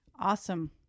Awesome